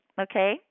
Okay